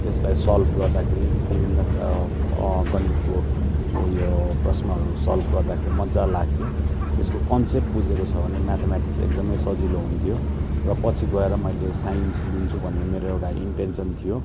त्यसलाई सल्भ गर्दाखेरि विभिन्न गणितको उयो प्रश्नहरू सल्भ गर्दाखेरि मज्जा लाग्थ्यो त्यसको कन्सेप्ट बुझेको छ भने म्याथम्याटिक्स एकदमै सजिलो हुन्थ्यो र पछि गएर मैले साइन्स लिन्छु भन्ने मेरो एउटा इन्टेन्सन थियो